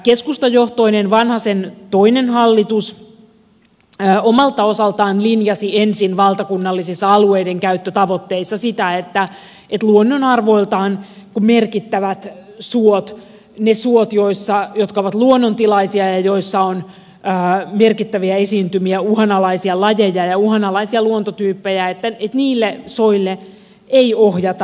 keskustajohtoinen vanhasen toinen hallitus omalta osaltaan linjasi ensin valtakunnallisissa alueidenkäyttötavoitteissa sitä että luonnonarvoiltaan merkittäville soille niille soille jotka ovat luonnontilaisia ja joissa on merkittäviä esiintymiä uhanalaisia lajeja ja uhanalaisia luontotyyppejä ei ohjata turvetuotantoa